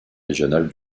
régional